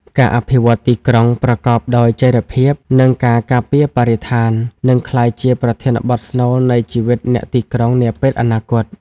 ការអភិវឌ្ឍទីក្រុងប្រកបដោយចីរភាព និងការការពារបរិស្ថាន នឹងក្លាយជាប្រធានបទស្នូលនៃជីវិតអ្នកទីក្រុងនាពេលអនាគត។